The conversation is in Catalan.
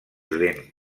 lent